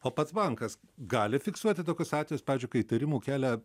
o pats bankas gali fiksuoti tokius atvejus pavyzdžiui kai įtarimų kelia